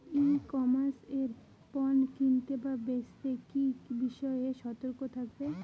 ই commerce এ পণ্য কিনতে বা বেচতে কি বিষয়ে সতর্ক থাকব?